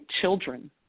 children